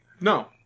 No